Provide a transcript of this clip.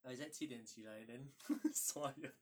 isaac 七点起来 then 刷牙